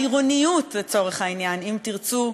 העירוניות, לצורך העניין, אם תרצו,